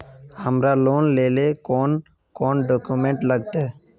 हमरा लोन लेले कौन कौन डॉक्यूमेंट लगते?